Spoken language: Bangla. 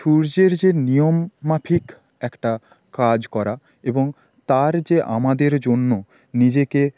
সূর্যের যে নিয়ম মাফিক একটা কাজ করা এবং তার যে আমাদের জন্য নিজেকে